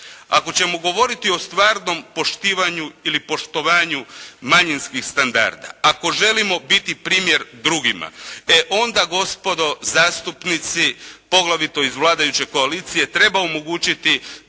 ako ćemo govoriti o stvarnom poštivanju ili poštovanju manjinskih standarda, ako želimo biti primjer drugima, e onda gospodo zastupnici poglavito iz vladajuće koalicije treba omogućiti